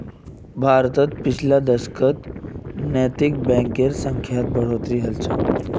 भारतत पिछले दशकत नैतिक बैंकेर संख्यात बढ़ोतरी हल छ